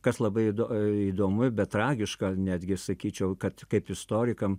kas labai įdo įdomu bet tragiška netgi sakyčiau kad kaip istorikam